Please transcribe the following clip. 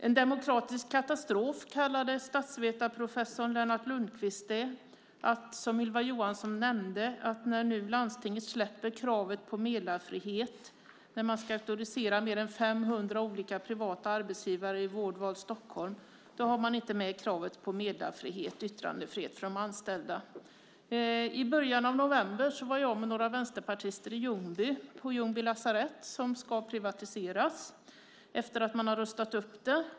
"En demokratisk katastrof" kallade statsvetarprofessorn Lennart Lundquist det som Ylva Johansson nämnde, nämligen att landstinget nu släpper kravet på meddelarfrihet. När man ska auktorisera mer än 500 olika privata arbetsgivare i Vårdval Stockholm har man inte med kravet på meddelarfrihet och yttrandefrihet för de anställda. I början av november var jag med några vänsterpartister på Ljungby lasarett, som ska privatiseras efter att man har rustat upp det.